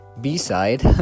b-side